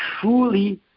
truly